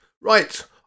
Right